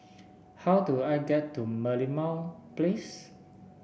how do I get to Merlimau Place